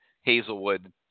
Hazelwood